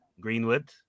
Greenwood